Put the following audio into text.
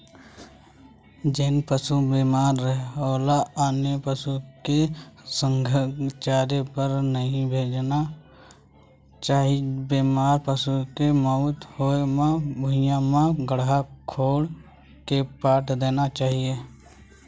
जेन पसु बेमार हे ओला आने पसु के संघ चरे बर नइ भेजना चाही, बेमार पसु के मउत होय म भुइँया म गड्ढ़ा कोड़ के पाट देना चाही